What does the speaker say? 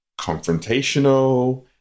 confrontational